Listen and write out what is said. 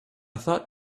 thought